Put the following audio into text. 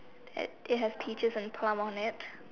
it has peaches and plum on it